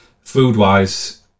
food-wise